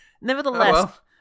nevertheless